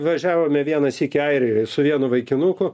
važiavome vieną sykį airijoj su vienu vaikinuku